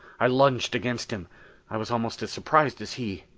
i lunged against him i was almost as surprised as he.